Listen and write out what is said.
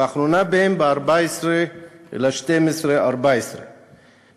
והאחרונה בהן ב-14 בדצמבר 2014,